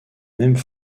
mêmes